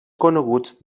coneguts